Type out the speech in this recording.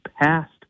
passed